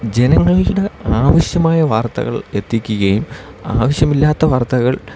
ജനങ്ങളുടെ ആവശ്യമായ വാർത്തകൾ എത്തിക്കുകയും ആവശ്യമില്ലാത്ത വാർത്തകൾ